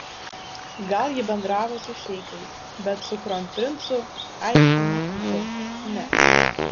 gal ji bendravo su šeichais bet su kronprincu aiškiai matyti ne